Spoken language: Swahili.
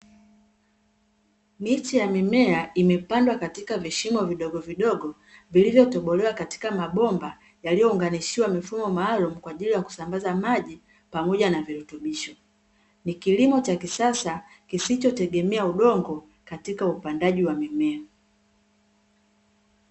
Miche ya mimea imepandwa katika vishimo vidogo vidogo vilivyotobolewa katika mabomba yaliyounganishiwa mifumo maalumu kwa ajili ya kusambaza maji pamoja na virutubisho. Ni kilimo cha kisasa kisichotegemea udongo katika upandaji wa mimea.